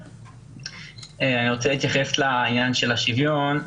אני רוצה להתייחס לעניין של השוויון: